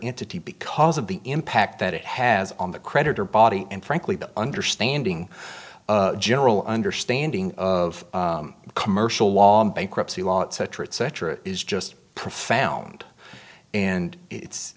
entity because of the impact that it has on the creditor body and frankly the understanding general understanding of commercial law in bankruptcy law cetera et cetera is just profound and it's